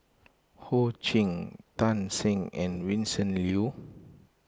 Ho Ching Tan Shen and Vincent Leow